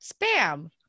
Spam